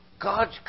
God's